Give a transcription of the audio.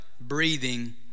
breathing